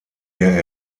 der